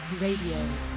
Radio